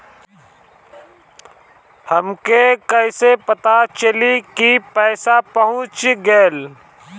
हमके कईसे पता चली कि पैसा पहुच गेल?